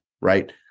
Right